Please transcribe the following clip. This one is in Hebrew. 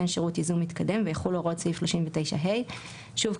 שירות ייזום מתקדם ויחולו הוראות סעיף 39ה. שוב,